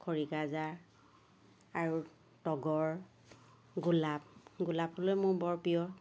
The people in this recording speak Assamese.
খৰিকাজাৰ আৰু তগৰ গোলাপ গোলাপ ফুলই মোৰ বৰ প্ৰিয়